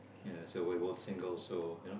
ya so we're both singles so you know